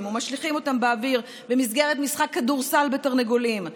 ומשליכים אותם באוויר במסגרת משחק "כדורסל בתרנגולים".